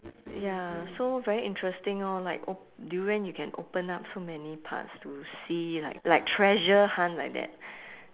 ya so very interesting orh like op~ durian you can open up so many parts to see like like treasure hunt like that